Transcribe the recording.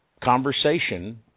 conversation